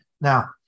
Now